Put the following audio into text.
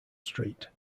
street